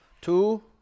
Two